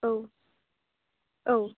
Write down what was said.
औ औ